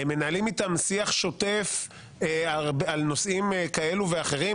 מנהלים איתם שיח שוטף על נושאים כאלו ואחרים,